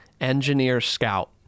Engineer-Scout